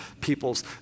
people's